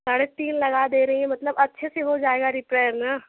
साढ़े तीन लगा दे रही है मतलब अच्छे से हो जाएगा रिपेयर न